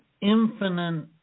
infinite